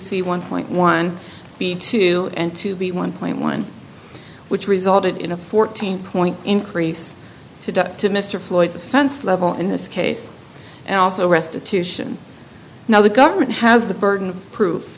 see one point one b two and to be one point one which resulted in a fourteen point increase to duck to mr floyd's offense level in this case and also restitution now the government has the burden of proof